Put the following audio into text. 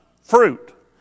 fruit